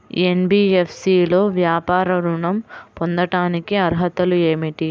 NBFC లో వ్యాపార ఋణం పొందటానికి అర్హతలు ఏమిటీ?